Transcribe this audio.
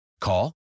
Call